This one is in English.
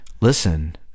Listen